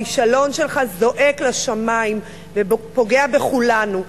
הכישלון שלך זועק לשמים ופוגע בכולנו,